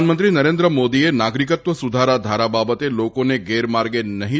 પ્રધાનમંત્રી નરેન્દ્ર મોદીએ નાગરિકત્વ સુધારા ધારા બાબતે લોકોને ગેરમાર્ગે નહીં